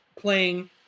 playing